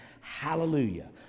hallelujah